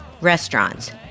restaurants